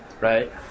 right